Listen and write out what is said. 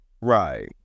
Right